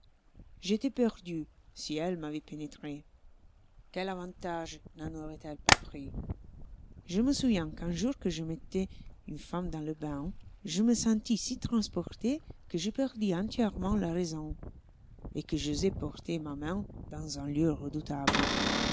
j'étois perdu si elles m'avoient pénétré quel avantage n'en auroient elles pas pris je me souviens qu'un jour que je mettois une femme dans le bain je me sentis si transporté que je perdis entièrement la raison et que j'osai porter ma main dans un lieu redoutable